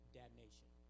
damnation